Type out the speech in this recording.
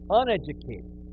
uneducated